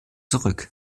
zurück